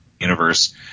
universe